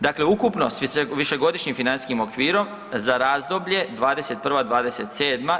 Dakle, ukupno s višegodišnjim financijskim okvirom za razdoblje '21.-'27.